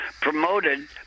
Promoted